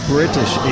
British